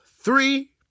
three